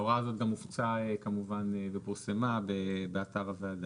ההוראה הזו גם הופצה כמובן ופורסמה באתר הוועדה.